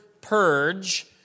purge